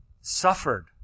suffered